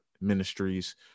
ministries